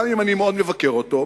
גם אם אני מאוד מבקר אותו,